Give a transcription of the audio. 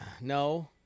no